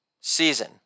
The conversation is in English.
season